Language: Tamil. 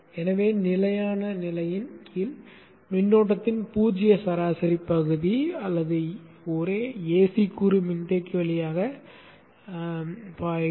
எனவே நிலையான நிலையின் கீழ் மின்னோட்டத்தின் பூஜ்ஜிய சராசரி பகுதி அல்லது ஒரே ஏசி கூறு மின்தேக்கி வழியாக பாய்கிறது